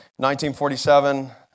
1947